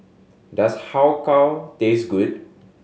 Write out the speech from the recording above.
does how kow taste good